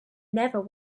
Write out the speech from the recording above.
never